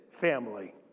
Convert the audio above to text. family